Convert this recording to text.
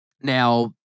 Now